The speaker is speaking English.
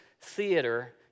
theater